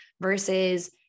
versus